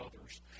others